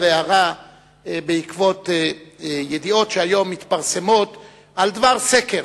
הערה בעקבות ידיעות שהיום מתפרסמות בדבר סקר